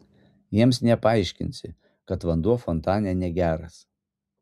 jiems nepaaiškinsi kad vanduo fontane negeras